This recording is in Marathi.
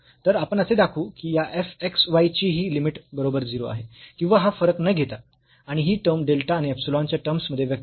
तर आपण असे दाखवू की या f xy ची ही लिमिट बरोबर 0 आहे किंवा हा फरक न घेता आणि ही टर्म डेल्टा आणि इप्सिलॉन च्या टर्म्स मध्ये व्यक्त करून